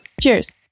Cheers